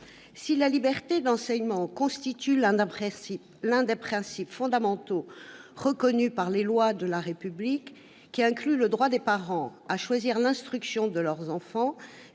Si la liberté d'enseignement constitue l'un des principes fondamentaux reconnus par les lois de la République, qui inclut le droit des parents à choisir l'instruction de leurs enfants,